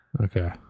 Okay